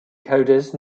coders